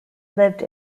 lived